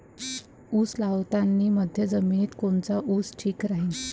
उस लावतानी मध्यम जमिनीत कोनचा ऊस ठीक राहीन?